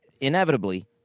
Inevitably